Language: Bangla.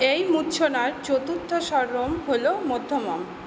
এই মূর্ছনার চতুর্থ স্বরম হল মধ্যমম